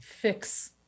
fix